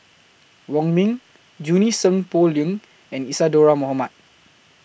Wong Ming Junie Sng Poh Leng and Isadhora Mohamed